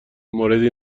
موردی